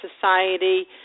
society